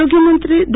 આરોગ્યમંત્રી ડો